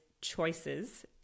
choices